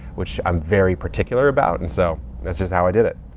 which i'm very particular about. and so that's just how i did it.